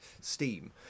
steam